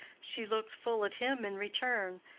she looked full at him in return,